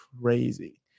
crazy